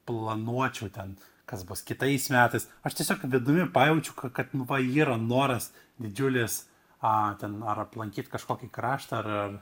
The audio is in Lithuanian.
planuočiau ten kas bus kitais metais aš tiesiog vidumi pajaučiau ka kad va yra noras didžiulis a ten ar aplankyt kažkokį kraštą ar ar